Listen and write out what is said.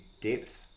depth